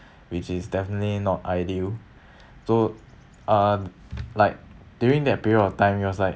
which is definitely not ideal so um like during that period of time it was like